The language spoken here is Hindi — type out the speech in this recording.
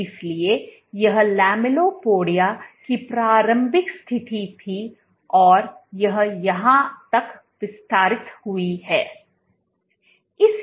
इसलिए यह लैलिपोडिया की प्रारंभिक स्थिति थी और यह यहां तक विस्तारित हुई है